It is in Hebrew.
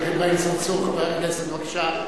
שיח' אברהים צרצור, חבר הכנסת, בבקשה.